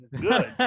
good